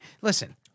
listen